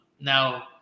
Now